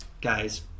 guys